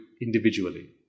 individually